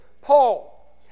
Paul